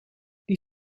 die